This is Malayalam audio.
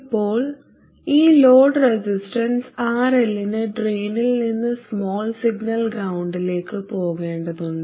ഇപ്പോൾ ഈ ലോഡ് റെസിസ്റ്റൻസ് RL ന് ഡ്രെയിനിൽ നിന്ന് സ്മാൾ സിഗ്നൽ ഗ്രൌണ്ടിലേക്ക് പോകേണ്ടതുണ്ട്